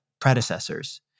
predecessors